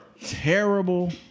terrible